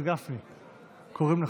קוראים לך.